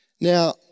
Now